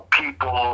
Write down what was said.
people